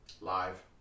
Live